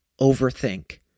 overthink